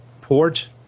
port